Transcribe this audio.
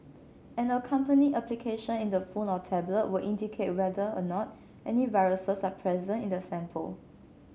an accompanying application in the phone or tablet will indicate whether or not any viruses are present in the sample